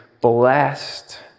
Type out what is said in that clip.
blessed